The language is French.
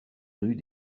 rues